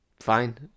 fine